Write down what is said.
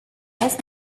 last